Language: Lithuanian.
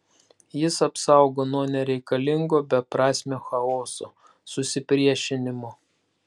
jis apsaugo nuo nereikalingo beprasmio chaoso susipriešinimo